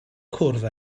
cwrdd